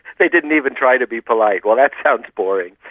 they didn't even try to be polite, well, that sounds boring.